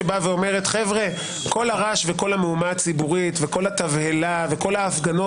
שאומרת: כל הרעש והמהומה הציבורית וכל התבהלה וכל ההפגנות